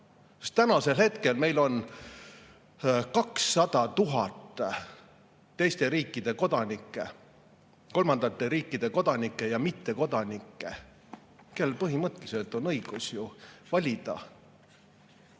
Tänasel hetkel meil on 200 000 teiste riikide kodanikku, kolmandate riikide kodanikku ja mittekodanikku, kellel põhimõtteliselt on õigus ju valida